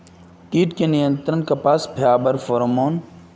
कीट का नियंत्रण कपास पयाकत फेरोमोन?